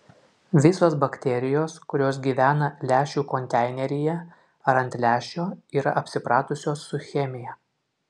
visos bakterijos kurios gyvena lęšių konteineryje ar ant lęšio yra apsipratusios su chemija